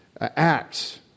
acts